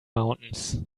mountains